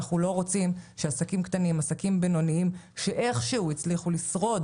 אנחנו לא רוצים שעסקים קטנים ובינוניים שאיכשהו הצליחו לשרוד